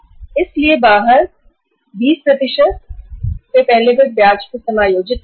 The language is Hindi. इसलिए इस 20 मे से पहले ब्याज को समायोजित करेंगे